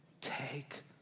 take